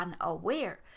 unaware